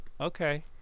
Okay